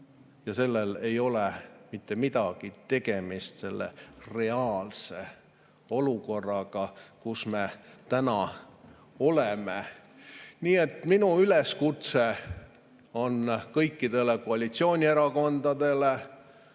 ja sellel ei ole mitte midagi tegemist reaalse olukorraga, kus me oleme. Nii et minu üleskutse on kõikidele koalitsioonierakondadele,